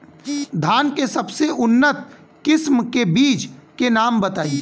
धान के सबसे उन्नत किस्म के बिज के नाम बताई?